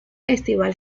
estival